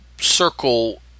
circle